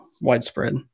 widespread